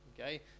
Okay